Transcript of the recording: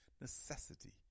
necessity